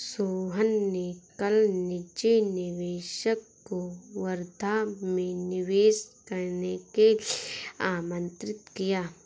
सोहन ने कल निजी निवेशक को वर्धा में निवेश करने के लिए आमंत्रित किया